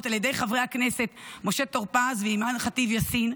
על ידי חברי הכנסת משה טור פז ואימאן ח'טיב יאסין,